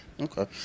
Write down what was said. Okay